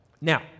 Now